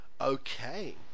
Okay